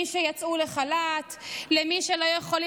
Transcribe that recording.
חברת הכנסת שטרית, חברת הכנסת שטרית.